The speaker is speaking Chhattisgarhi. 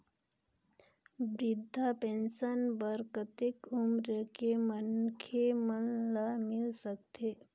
वृद्धा पेंशन बर कतेक उम्र के मनखे मन ल मिल सकथे?